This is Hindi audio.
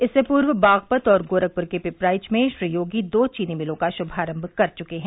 इससे पूर्व बागपत और गोरखपुर के पिपराइच में श्री योगी दो चीनी मिलों का शुभारम्भ कर चुके हैं